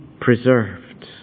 preserved